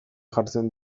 jartzen